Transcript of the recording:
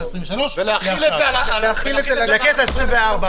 העשרים-ושלוש ולהחיל את זה על הכנסת העשרים-וארבע.